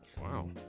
Wow